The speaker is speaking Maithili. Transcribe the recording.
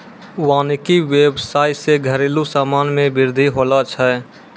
वानिकी व्याबसाय से घरेलु समान मे बृद्धि होलो छै